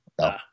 no